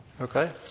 Okay